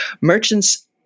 Merchants